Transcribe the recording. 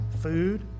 Food